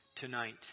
tonight